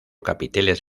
capiteles